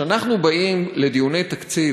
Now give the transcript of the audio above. כשאנחנו באים לדיוני תקציב,